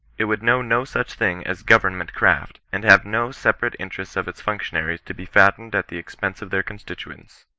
it would know no such thing as government craft, and have no separate interests of its functionaries to be fattened at the ex pense of their constituents.